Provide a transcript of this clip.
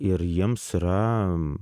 ir jiems yra